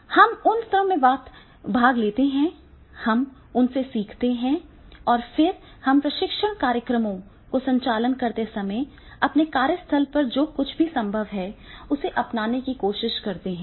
हम उनके सत्र में भाग लेते हैं हम उनसे सीखते हैं और फिर हम प्रशिक्षण कार्यक्रमों का संचालन करते समय अपने कार्यस्थल पर जो कुछ भी संभव है उसे अपनाने की कोशिश करते हैं